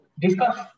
discuss